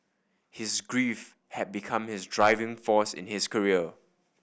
his grief had become his driving force in his career